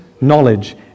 knowledge